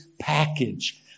package